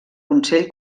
consell